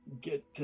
get